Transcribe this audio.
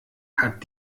hat